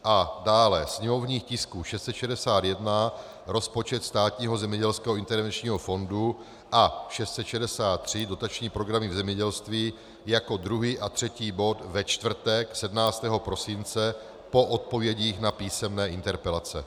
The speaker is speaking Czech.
A dále sněmovních tisků 661, rozpočet Státního zemědělského intervenčního fondu, a 663, Dotační programy v zemědělství, jako druhý a třetí bod ve čtvrtek 17. prosince po odpovědích na písemné interpelace.